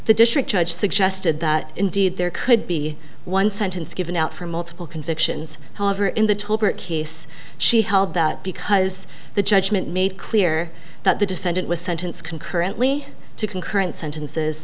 the district judge suggested that indeed there could be one sentence given out for multiple convictions however in the tolbert case she held that because the judgment made clear that the defendant was sentenced concurrently to concurrent sentences